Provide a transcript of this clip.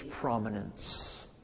prominence